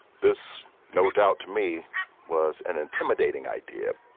this, no doubt to me was an intimidating idea.